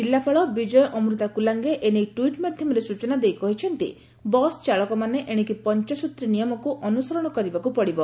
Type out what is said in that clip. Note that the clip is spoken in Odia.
ଜିଲ୍ଲାପାଳ ବିଜୟ ଅମୃତା କୁଲାଙ୍ଗେ ଏନେଇ ଟ୍ୱିଟ୍ ମାଧ୍ଧମରେ ସୂଚନା ଦେଇ କହିଛନ୍ତି ଯେ ବସ୍ ଚାଳକମାନେ ଏଶିକି ପଚଂସ୍ତ୍ରୀ ନିୟମକୁ ଅନୁସରଣ କରିବାକୁ ପଡ଼ିବ